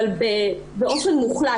אבל באופן מוחלט.